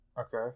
Okay